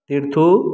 इरथू